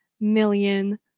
million